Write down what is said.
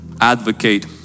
advocate